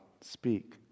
speak